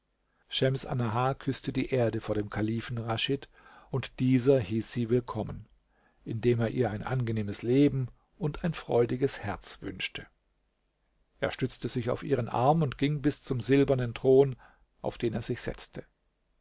schems annahar küßte die erde vor dem kalifen raschid und dieser hieß sie willkommen indem er ihr ein angenehmes leben und ein freudiges herz wünschte er stützte sich auf ihren arm und ging bis zum silbernen thron auf den er sich setzte